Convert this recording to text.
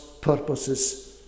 purposes